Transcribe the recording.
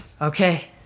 Okay